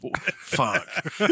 Fuck